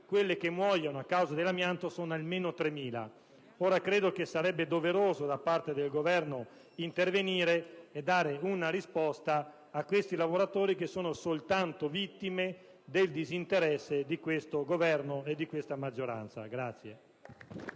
i morti a causa dell'amianto sono almeno 3.000. Credo che sarebbe doveroso da parte del Governo intervenire e dare una risposta a questi lavoratori, che sono soltanto vittime del disinteresse di questo Governo e di questa maggioranza.